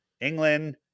england